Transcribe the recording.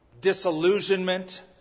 disillusionment